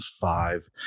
five